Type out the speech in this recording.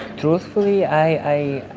truthfully, i